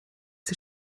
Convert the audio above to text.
sie